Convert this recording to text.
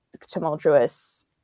tumultuous